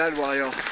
and while.